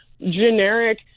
generic